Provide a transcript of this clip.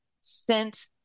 sent